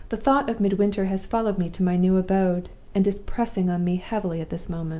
the thought of midwinter has followed me to my new abode, and is pressing on me heavily at this moment.